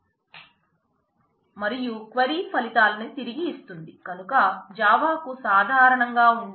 మరియు క్వైరీ ఉంది